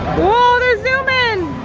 whoa, they're zoomin'.